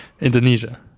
Indonesia